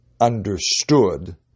understood